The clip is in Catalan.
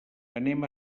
anem